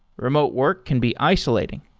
remote work can be isolating.